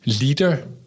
leader